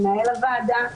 מנהל הוועדה,